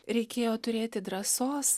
reikėjo turėti drąsos